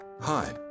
Hi